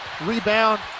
rebound